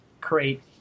create